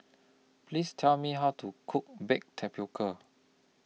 Please Tell Me How to Cook Baked Tapioca